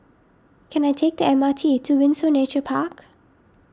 can I take the M R T to Windsor Nature Park